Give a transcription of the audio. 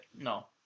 No